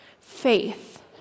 Faith